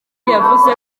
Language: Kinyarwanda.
yavuze